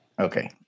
Okay